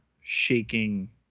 shaking